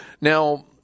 Now